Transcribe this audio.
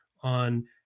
on